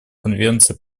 конвенции